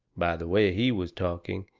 by the way he was talking,